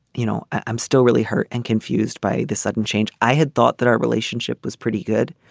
you know i'm still really hurt and confused by the sudden change i had thought that our relationship was pretty good.